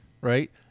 right